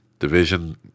division